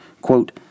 quote